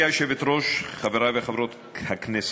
גברתי היושבת-ראש, חברי וחברות הכנסת,